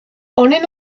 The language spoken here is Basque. honen